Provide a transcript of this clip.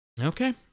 Okay